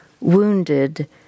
wounded